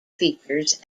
features